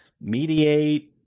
mediate